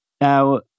Now